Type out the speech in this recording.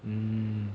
mm